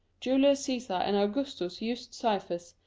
julius caesar and augustus used cyphers,